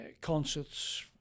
concerts